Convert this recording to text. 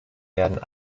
werden